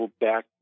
back